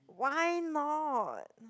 why not